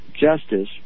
justice